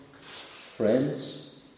friends